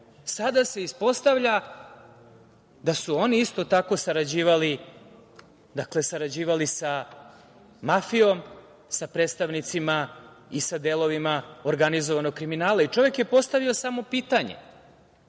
sada se ispostavlja da su oni isto tako sarađivali sa mafijom, sa predstavnicima i sa delovima organizovanog kriminala. Čovek je postavio samo pitanje.